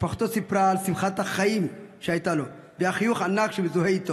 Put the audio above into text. משפחתו סיפרה על שמחת החיים שהייתה לו והחיוך הענק שמזוהה איתו,